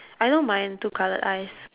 I know mine two coloured eyes